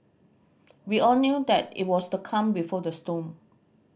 we all knew that it was the calm before the storm